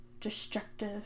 destructive